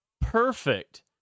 perfect